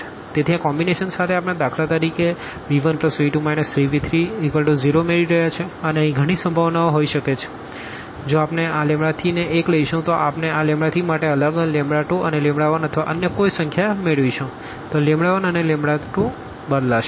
તેથી આ કોમબીનેશન સાથે આપણે દાખલા તરીકે v1v2 3v30 મેળવી રહ્યા છીએ અને અહીં ઘણી સંભાવનાઓ હોઈ શકે છે જો આપણે આ 3 ને 1 લઈશું તો આપણે આ 3 માટે અલગ 2 અને 1 અથવા અન્ય કોઈપણ સંખ્યા મેળવીશું તો 1 અને 2 બદલાશે